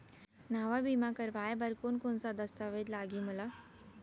नवा बीमा करवाय बर कोन कोन स दस्तावेज लागही मोला?